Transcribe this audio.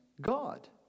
God